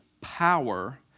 Power